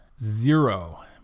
Zero